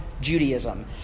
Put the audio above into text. Judaism